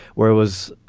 where it was.